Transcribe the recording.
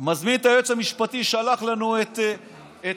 מזמין את היועץ המשפטי, שלח לנו את נזרי,